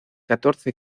catorce